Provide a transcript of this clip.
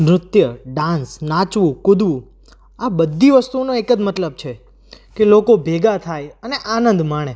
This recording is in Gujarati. નૃત્ય ડાન્સ નાચવું કૂદવું આ બધી વસ્તુઓનો એક જ મતલબ છે કે લોકો ભેગા થાય અને આનંદ માણે